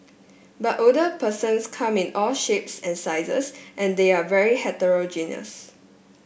but older persons come in all shapes and sizes and they're very heterogeneous